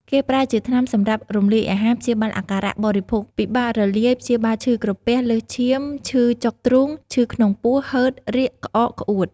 គេប្រើជាថ្នាំសម្រាប់រំលាយអាហារ ព្យាបាលអាការៈបរិភោគពិបាករលាយ ព្យាបាលឈឺក្រពះ លើសឈាម ឈឺចុកទ្រូង ឈឺក្នុងពោះ ហឺត រាគ ក្អក ក្អួត